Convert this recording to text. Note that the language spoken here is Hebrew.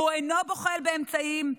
והוא אינו בוחל באמצעים.